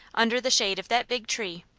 under the shade of that big tree.